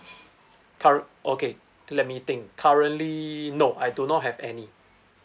current okay let me think currently no I do not have any